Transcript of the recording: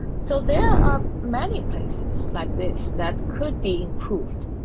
so there are many places like this that could be improved,